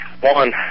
one